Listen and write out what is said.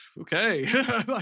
okay